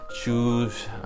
shoes